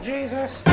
Jesus